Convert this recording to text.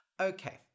Okay